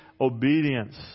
obedience